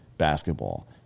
basketball